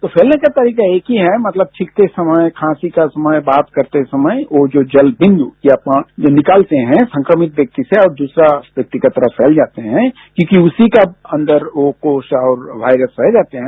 तो फैलने का तारीका एक ही है मतलब छीखते समय खांसी के समय बात करते समय ओ जो जल बिन्दु जो लिकालते है संक्रमित व्यक्ति से और दुसरे व्यक्ति की तरफ फैल जाते हैं क्योंकि उसी का अंदर ओ कोस और वायरस पाये जाते हैं